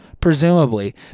Presumably